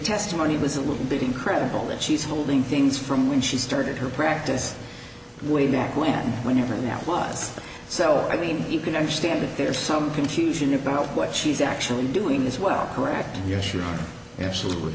testimony was a little bit incredible that she's holding things from when she started her practice way back when whenever that was so i mean you can understand if there's some confusion about what she's actually doing as well correct you're sure absolutely